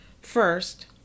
First